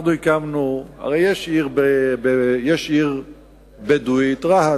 הרי יש עיר בדואית, רהט,